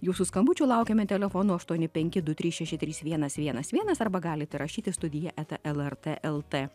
jūsų skambučių laukiame telefonu aštuoni penki du trys šeši trys vienas vienas vienas arba galite rašyti studija eta lrt lt